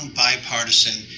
bipartisan